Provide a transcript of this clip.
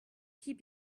keep